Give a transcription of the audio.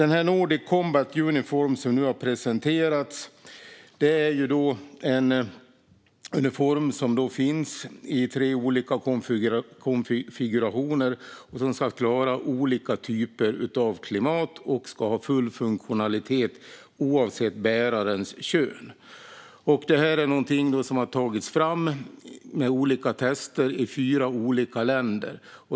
Nordic Combat Uniform som nu har presenterats är en uniform som finns i tre olika konfigurationer och som ska klara olika typer av klimat och ska ha full funktionalitet oavsett bärarens kön. Den har tagits fram genom olika tester i olika länder.